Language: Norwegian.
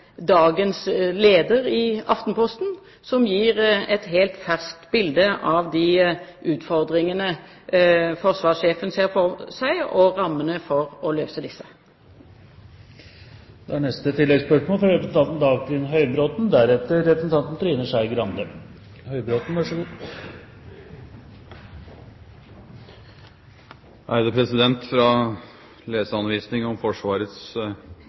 dagens leder i Aftenposten, som gir et helt ferskt bilde av de utfordringene forsvarssjefen ser for seg, og rammene for å løse disse. Dagfinn Høybråten – til oppfølgingsspørsmål. Fra